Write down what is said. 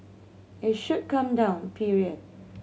it should come down period